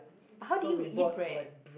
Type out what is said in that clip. how do you eat bread